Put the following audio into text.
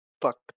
Fuck